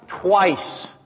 twice